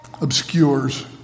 obscures